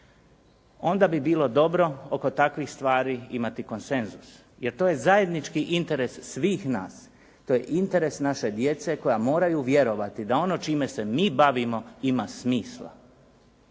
onda bi bilo dobro oko takvih s tvari imati konsenzus jer to je zajednički interes svih nas, to je interes naše djece koja moraju vjerovati da ono čime se mi bavimo ima smisla.